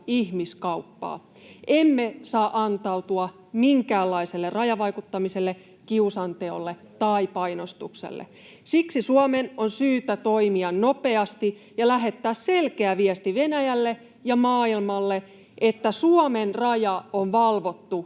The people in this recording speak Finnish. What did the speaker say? ihmiskauppaa. Emme saa antautua minkäänlaiselle rajavaikuttamiselle, kiusanteolle tai painostukselle. Siksi Suomen on syytä toimia nopeasti ja lähettää selkeä viesti Venäjälle ja maailmalle, että Suomen raja on valvottu